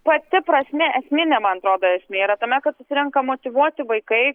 pati prasmė esminė man atrodo esmė yra tame kad susirenka motyvuoti vaikai